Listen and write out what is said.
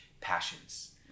passions